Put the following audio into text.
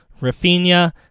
rafinha